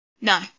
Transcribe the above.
No